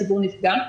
הציבור נפגע.